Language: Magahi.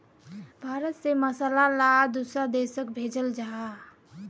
भारत से मसाला ला दुसरा देशोक भेजल जहा